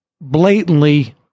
blatantly